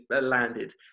landed